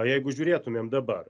jeigu žiūrėtumėm dabar